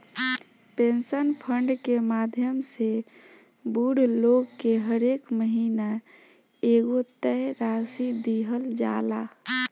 pension fund के माध्यम से बूढ़ लोग के हरेक महीना एगो तय राशि दीहल जाला